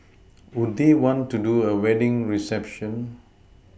would they want to do a wedding reception